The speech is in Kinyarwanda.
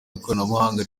ikoranabuhanga